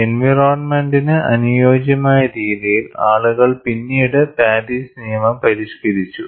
എൻവയറോണ്മെന്റിന് അനുയോജ്യമായ രീതിയിൽ ആളുകൾ പിന്നീട് പാരീസ് നിയമം പരിഷ്കരിച്ചു